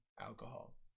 alcohol